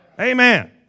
Amen